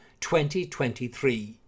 2023